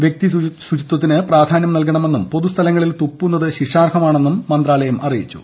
വ്യക്തി ശുചിത്വത്തിന് പ്രാധാന്യം നൽകണമെന്നും പൊതു സ്ഥലങ്ങളിൽ തുപ്പുന്നത് ശിക്ഷാർഹമാണെന്നും മന്ത്രാലയം അറിയിച്ചു